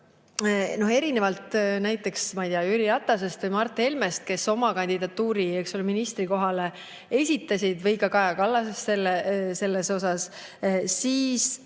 erinevalt näiteks, ma ei tea, Jüri Ratasest või Mart Helmest, kes oma kandidatuuri ministrikohale esitasid, või ka Kaja Kallasest selles osas, ei